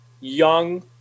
young